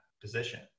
position